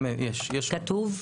כתוב.